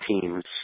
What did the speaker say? teams